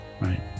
Right